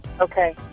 Okay